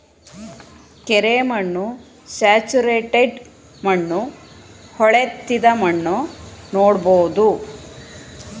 ಕೆರೆ ಮಣ್ಣು, ಸ್ಯಾಚುರೇಟೆಡ್ ಮಣ್ಣು, ಹೊಳೆತ್ತಿದ ಮಣ್ಣು ನೋಡ್ಬೋದು